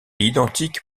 identique